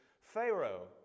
Pharaoh